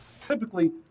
Typically